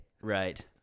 Right